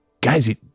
guys